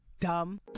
dumb